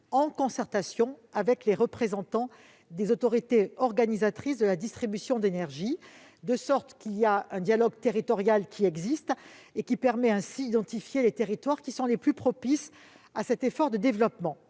en concertation avec les représentants des autorités organisatrices de la distribution d'énergie, de sorte qu'un dialogue territorial permet déjà d'identifier les territoires les plus propices à cet effort de développement.